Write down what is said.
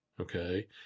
Okay